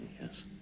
Yes